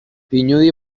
pinudi